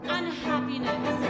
unhappiness